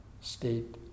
state